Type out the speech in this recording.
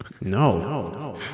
no